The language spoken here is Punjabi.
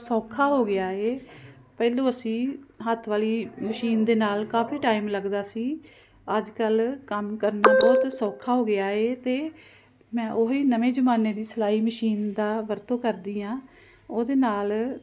ਸੌਖਾ ਹੋ ਗਿਆ ਹੈ ਪਹਿਲਾਂ ਅਸੀਂ ਹੱਥ ਵਾਲੀ ਮਸ਼ੀਨ ਦੇ ਨਾਲ ਕਾਫ਼ੀ ਟਾਈਮ ਲੱਗਦਾ ਸੀ ਅੱਜ ਕੱਲ੍ਹ ਕੰਮ ਕਰਨਾ ਬਹੁਤ ਸੌਖਾ ਹੋ ਗਿਆ ਹੈ ਅਤੇ ਮੈਂ ਉਹ ਹੀ ਨਵੇਂ ਜ਼ਮਾਨੇ ਦੀ ਸਿਲਾਈ ਮਸ਼ੀਨ ਦਾ ਵਰਤੋਂ ਕਰਦੀ ਹਾਂ ਉਹਦੇ ਨਾਲ